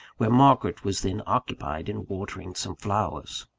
where margaret was then occupied in watering some flowers.